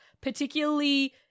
particularly